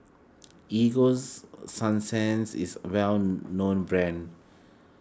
Egos Sunsense is a well known brand